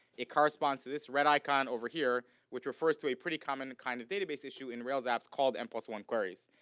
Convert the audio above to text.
it corresponds to this red icon over here which refers to a pretty common kind of database issue in rails apps called and n one queries.